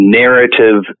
narrative